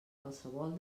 qualsevol